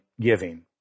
giving